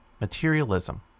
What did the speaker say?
materialism